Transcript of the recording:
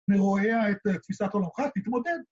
‫אני רואה את תפיסת הולכת, ‫התמודד.